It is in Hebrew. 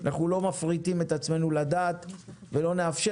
אנחנו לא מפריטים את עצמנו לדעת ולא נאפשר